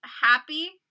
happy